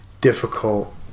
difficult